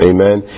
Amen